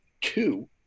two